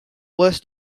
was